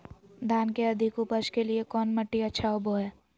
धान के अधिक उपज के लिऐ कौन मट्टी अच्छा होबो है?